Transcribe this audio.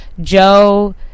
Joe